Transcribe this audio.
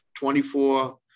24